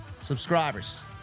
subscribers